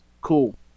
Cool